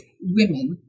women